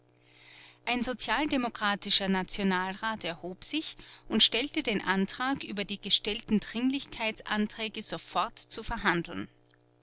ein sozialdemokratischer nationalrat erhob sich und stellte den antrag über die gestellten dringlichkeitsanträge sofort zu verhandeln